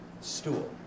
stool